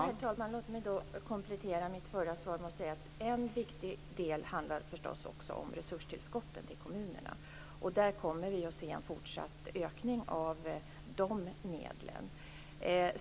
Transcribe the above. Herr talman! Låt mig komplettera mitt förra svar med att säga att en viktig del förstås är resurstillskotten till kommunerna. Där kommer vi att se en fortsatt ökning av medlen.